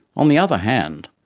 on the other hand,